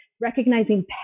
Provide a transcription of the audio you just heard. recognizing